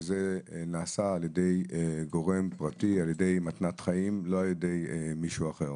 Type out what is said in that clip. וזה נעשה על ידי גורם פרטי: על ידי מתנת חיים ולא על ידי מישהו אחר.